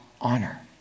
honor